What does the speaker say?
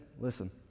Listen